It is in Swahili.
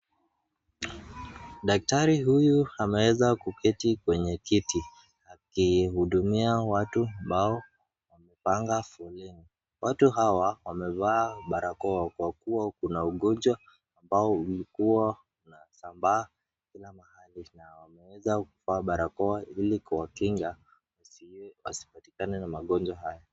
Daktari huyu ameweza kuketi kwenye kiti akihudumia watu ambao wamepanga foleni. Watu hawa wamevaa barakoa kwa kuwa kuna ugonjwa ambao ulikuwa unasambaa kila mahali na wemeweza kuvaa barakoa ili kuwakinga wasipatikane na magonjwa haya.